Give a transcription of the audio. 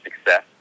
success